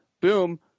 boom